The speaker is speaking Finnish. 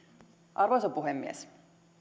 arvoisa puhemies